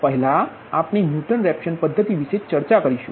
પહેલા આપણે Newton Raphson પદ્ધતિ વિશે ચર્ચા કરીશું